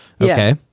Okay